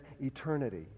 eternity